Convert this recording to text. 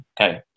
Okay